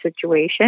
situation